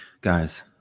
guys